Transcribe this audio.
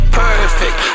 perfect